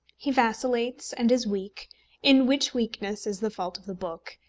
he vacillates and is weak in which weakness is the fault of the book,